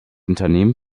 unternehmen